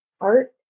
art